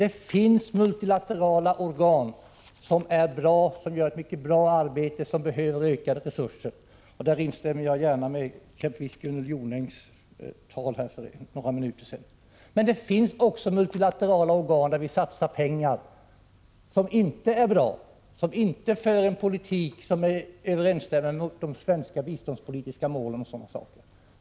Det finns multilaterala organ som gör ett mycket bra arbete och som behöver ökade resurser. På den punkten instämmer jag gärna i exempelvis Gunnel Jonängs tal för några minuter sedan. Men vi satsar också pengar i multilaterala organ, som inte är bra, som inte för en politik som överensstämmer med det svenska biståndspolitiska målet.